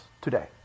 today